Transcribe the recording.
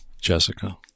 Jessica